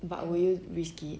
but would you risk it